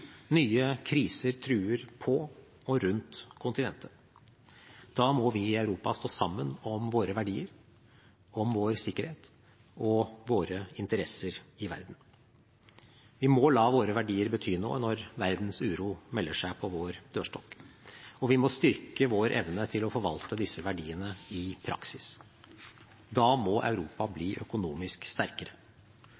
Nye kriser truer på og rundt kontinentet. Da må vi i Europa stå sammen om våre verdier, vår sikkerhet og våre interesser i verden. Vi må la våre verdier bety noe når verdens uro melder seg på vår dørstokk, og vi må styrke vår evne til å forvalte disse verdiene i praksis. Da må Europa bli økonomisk sterkere.